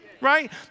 right